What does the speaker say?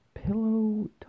Pillow